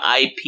IP